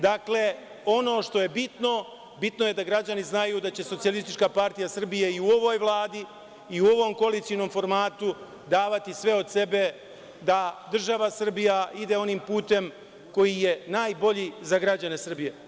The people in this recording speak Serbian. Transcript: Dakle, ono što je bitno, bitno je da građani znaju da će SPS i ovoj Vladi, i u ovom koalicionom formatu davati sve od sebe da država Srbija ide onim putem koji je najbolji za građane Srbije.